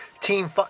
Team